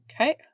Okay